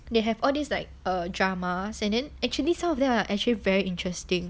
all these like um drama and then actually some of them are actually very interesting